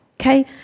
okay